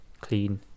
clean